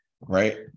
Right